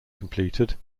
completed